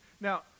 Now